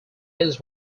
his